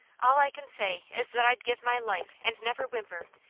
all i can say is that i'd give my life and never whimper,